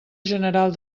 general